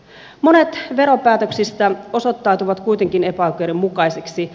monet veropäätöksistä osoittautuivat kuitenkin epäoikeudenmukaisiksi